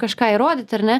kažką įrodyt ar ne